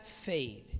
fade